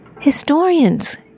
Historians